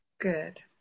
Good